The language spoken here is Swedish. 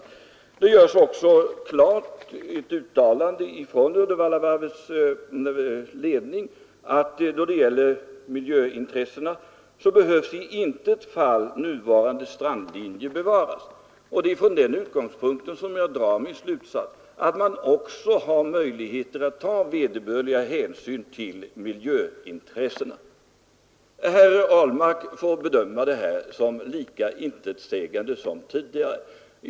Vad beträffar miljöintressena görs också klart i ett uttalande från Uddevallavarvets ledning att i intet fall nuvarande strandlinje behöver röras. Det är från den utgångspunkten jag drar min slutsats: att man också har möjligheter att ta vederbörliga hänsyn till miljöintressena. Herr Ahlmark får bedöma det här anförda som lika intetsägande som tidigare besked.